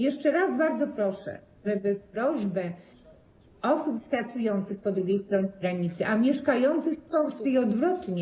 Jeszcze raz bardzo proszę, żeby prośbę osób pracujących po drugiej stronie granicy, a mieszkających w Polsce i odwrotnie.